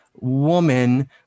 woman